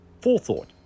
forethought